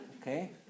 Okay